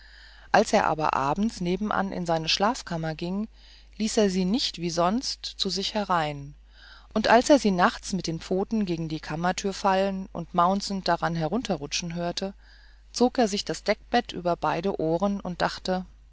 als er aber abends nebenan in seine schlafkammer ging ließ er sie nicht wie sonst zu sich herein und als er sie nachts mit den pfoten gegen die kammertür fallen und mauzend daran herunterrutschen hörte zog er sich das deckbett über beide ohren und dachte